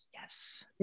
yes